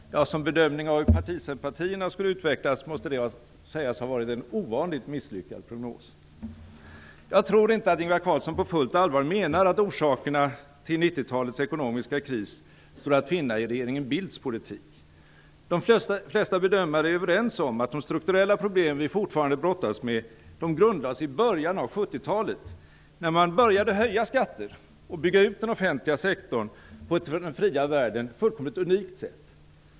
Som en bedömning av hur partisympatierna skulle utvecklas måste det sägas ha varit en ovanligt misslyckad prognos! Jag tror inte att Ingvar Carlsson på fullt allvar menar att orsakerna till 90-talets ekonomiska kris står att finna i regeringen Bildts politik. De flesta bedömare är överens om att de strukturella problem som vi fortfarande brottas med grundades i början av 70 talet, då man började höja skatter och bygga ut den offentliga sektorn på ett för den fria världen fullkomligt unikt sätt.